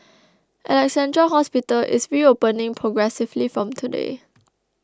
Alexandra Hospital is reopening progressively from today